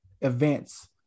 events